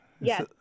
Yes